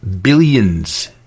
billions